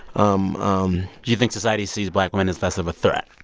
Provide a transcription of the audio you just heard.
um um do you think society sees black women as less of a threat?